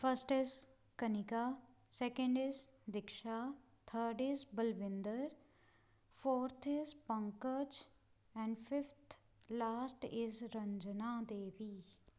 first is Kanika second is Diksha third is Balwinder fourth is Pankaj and fifth last is Ranjana Devi